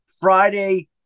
Friday